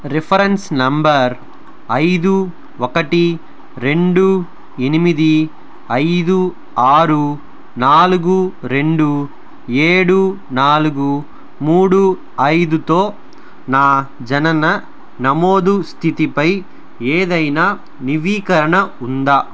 reference number ఐదు ఒకటి రెండు ఎనిమిది ఐదు ఆరు నాలుగు రెండు ఏడు నాలుగు మూడు ఐదుతో నా జనన నమోదు స్థితిపై ఏదైనా నవీకరణ ఉందా